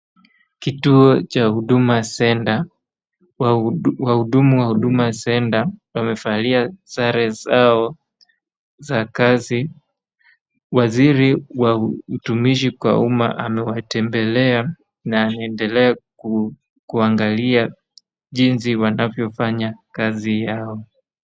Kituo cha huduma centre. Wahudumu wa huduma centre wamevalia sare zao za kazi. Waziri wa utumishi kwa umma amewatembelea na anaendelea kuangalia jinsi wanavyofanya kazi yao.